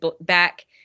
back